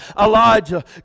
Elijah